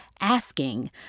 asking